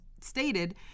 stated